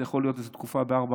זה יכול להיות איזה תקופה ב-443,